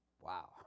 Wow